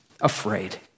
afraid